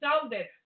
sounded